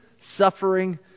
suffering